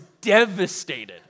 devastated